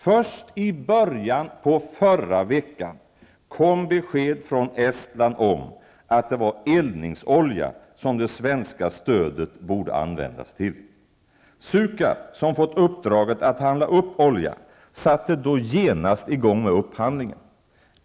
Först i början på förra veckan kom besked från Estland om att det var eldningsolja som det svenska stödet borde användas till. Sukab, som fått uppdraget att handla upp olja, satte då genast i gång med upphandlingen.